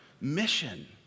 mission